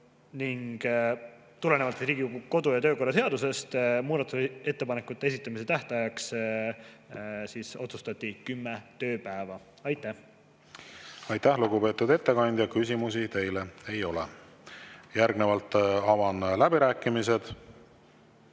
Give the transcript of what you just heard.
ning tulenevalt Riigikogu kodu- ja töökorra seadusest otsustati muudatusettepanekute esitamise tähtajaks määrata kümme tööpäeva. Aitäh! Aitäh, lugupeetud ettekandja! Küsimusi teile ei ole. Järgnevalt avan läbirääkimised.